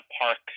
park